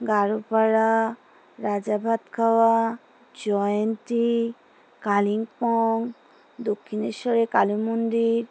গারুপাড়া রাজাভাতখাওয়া জয়ন্তী কালিম্পং দক্ষিণেশ্বরের কালী মন্দির